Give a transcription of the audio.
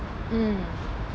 mmhmm